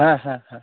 ᱦᱮᱸ ᱦᱮᱸ ᱦᱮᱸ